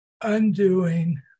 undoing